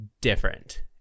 different